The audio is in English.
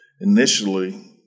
initially